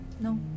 No